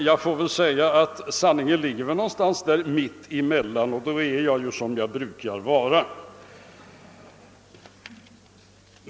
Jag får väl säga att sanningen ligger någonstans mitt emellan och då är jag ju som jag brukar vara.